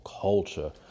culture